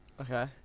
Okay